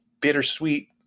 bittersweet